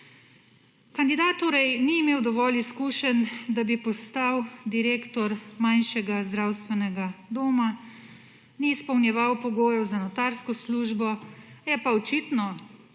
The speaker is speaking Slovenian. Kandidat torej ni imel dovolj izkušenj, da bi postal direktor manjšega zdravstvenega doma, ni izpolnjeval pogojev za notarsko službo, je pa očitno,